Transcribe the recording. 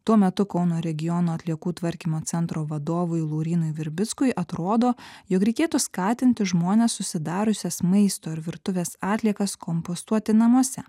tuo metu kauno regiono atliekų tvarkymo centro vadovui laurynui virbickui atrodo jog reikėtų skatinti žmones susidariusias maisto ir virtuvės atliekas kompostuoti namuose